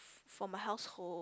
for my household